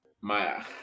Maya